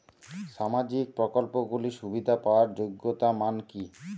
সামাজিক প্রকল্পগুলি সুবিধা পাওয়ার যোগ্যতা মান কি?